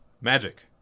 Magic